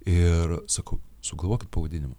ir sakau sugalvokit pavadinimą